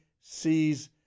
sees